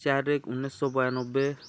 ଚାରି ଏକ ଉଣେଇଶହ ବୟାନବେ